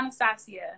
Anastasia